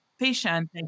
patient